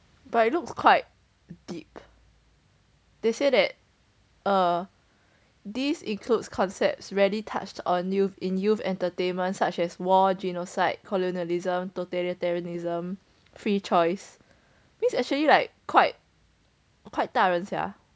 but it looks quite deep they say that err this includes concepts rarely touched on youth in youth entertainment such as war genocide colonialism totalitarianism free choice means actually like quite quite 大人 sia